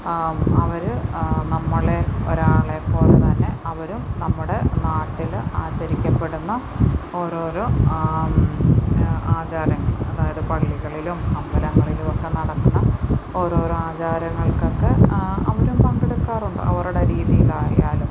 അവർ നമ്മളെ ഒരാളെ പോലെ തന്നെ അവരും നമ്മുടെ നാട്ടിൽ ആചരിക്കപ്പെടുന്ന ഓരോരോ ആചാരം അതായത് പള്ളികളിലും അമ്പലങ്ങളിലുമൊക്കെ നടക്കുന്ന ഓരോരോ ആചാരങ്ങൾക്കൊക്കെ അവരും പങ്കെടുക്കാറുണ്ട് അവരുടെ രീതിയിലായാലും